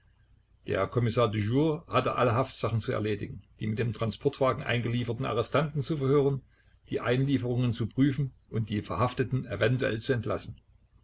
der kommissar du jour hatte alle haftsachen zu erledigen die mit dem transportwagen eingelieferten arrestanten zu verhören die einlieferungen zu prüfen und die verhafteten eventuell zu entlassen